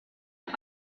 auf